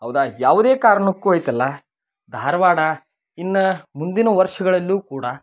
ಹೌದಾ ಯಾವುದೇ ಕಾರಣಕ್ಕೂ ಐತಲ್ಲ ಧಾರ್ವಾಡ ಇನ್ನ ಮುಂದಿನ ವರ್ಷ್ಗಳಲ್ಲೂ ಕೂಡ